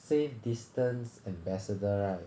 safe distance ambassador right